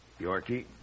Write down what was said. Yorkie